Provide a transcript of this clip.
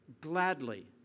gladly